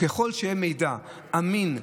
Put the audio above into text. ככל שיהיה מידע אמין,